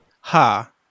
ha